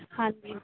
ਹਾਂਜੀ